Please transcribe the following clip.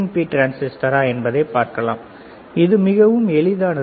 B டிரான்சிஸ்டரா என்பதை பார்க்கலாம் இது மிகவும் எளிதானது